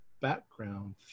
background